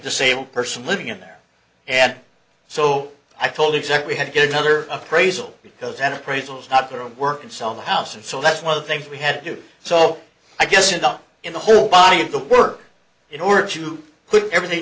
disabled person living in there and so i told exact we had to get another appraisal because an appraisal is not going to work and sell the house and so that's one of the things we had to do so i guess it up in the whole body of the work in order to put everything